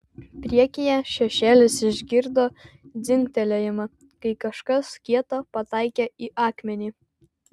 priekyje šešėlis išgirdo dzingtelėjimą kai kažkas kieto pataikė į akmenį